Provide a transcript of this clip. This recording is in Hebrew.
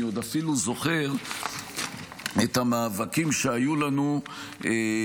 אני עוד אפילו זוכר את המאבקים שהיו לנו בנושא.